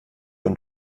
und